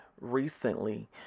recently